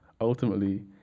ultimately